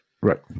Right